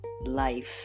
life